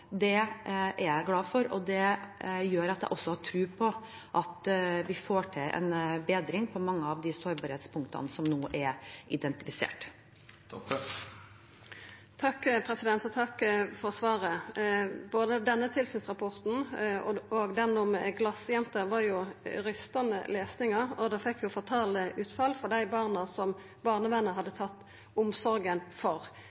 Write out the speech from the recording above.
Det er jeg glad for, og det gjør at jeg også har tro på at vi får til en bedring på mange av de sårbarhetspunktene som nå er identifisert. Takk for svaret. Både denne tilsynsrapporten og den om «glasjenta» var rystande lesing, og utfallet var jo fatalt for dei barna som barnevernet hadde tatt omsorga for.